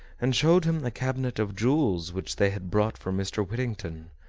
and showed him the cabinet of jewels which they had brought for mr. whittington.